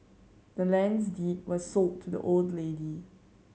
the land's deed was sold to the old lady